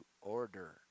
order